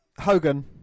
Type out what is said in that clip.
Hogan